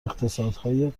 اقتصادهای